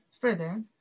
further